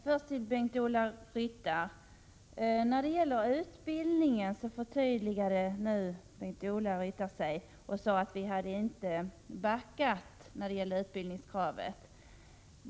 Herr talman! När det gäller utbildningen så förtydligade Bengt-Ola Ryttar sig och sade att vi inte hade backat när det gäller utbildningskravet.